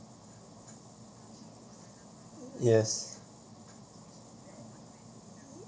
yes